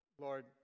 Lord